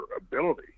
ability